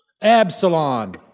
Absalom